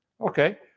Okay